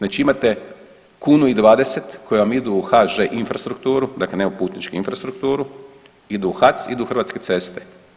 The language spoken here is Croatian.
Već imate kunu i 20 koji vam idu u HŽ Infrastrukturu, dakle ne u putnički infrastrukturu, idu u HAC idu u Hrvatske ceste.